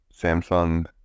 Samsung